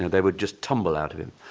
they would just tumble out of him.